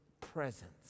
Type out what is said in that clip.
presence